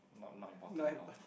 not not important at all